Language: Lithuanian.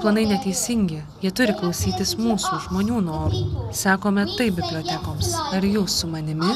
planai neteisingi jie turi klausytis mūsų žmonių norų sakome taip bibliotekoms ar jūs su manimi